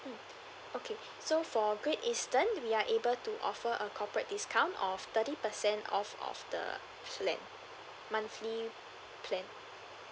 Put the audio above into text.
mm okay so for great eastern we are able to offer a corporate discount of thirty percent off of the plan monthly plan